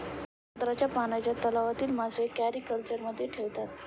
समुद्राच्या पाण्याच्या तलावातील मासे मॅरीकल्चरमध्ये ठेवतात